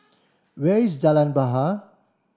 where is Jalan Bahar